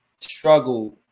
struggle